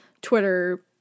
Twitter